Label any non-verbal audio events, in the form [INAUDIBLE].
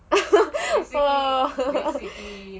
[LAUGHS] !whoa! [LAUGHS]